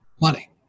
money